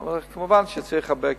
בהסכמה רחבה, אבל כמובן צריך הרבה כסף.